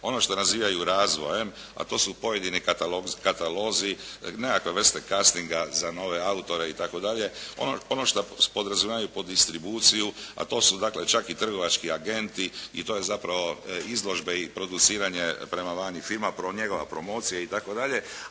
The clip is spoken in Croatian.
ono što nazivaju razvojem a to su pojedini katalozi, nekakve vrste kastinga za nove autore itd., ono što podrazumijevaju pod distribuciju a to su dakle čak i trgovački agenti i to je zapravo izložbe i produciranje prema vani filma, njegova promocija itd.